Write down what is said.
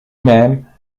même